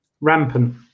rampant